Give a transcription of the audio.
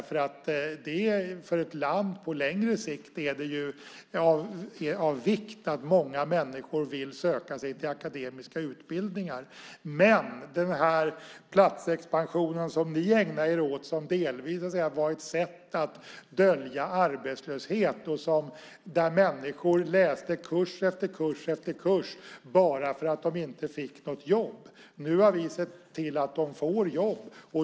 För ett land är det på längre sikt av vikt att många människor vill söka sig till akademiska utbildningar. Men den platsexpansion som ni ägnar er åt har delvis varit ett sätt att dölja arbetslöshet. Människor läste kurs efter kurs efter kurs bara för att de inte fick något jobb. Nu har vi sett till att de får jobb.